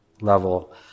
level